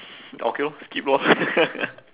okay lor skip lor